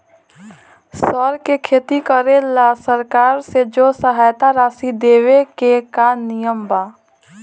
सर के खेती करेला सरकार से जो सहायता राशि लेवे के का नियम बा?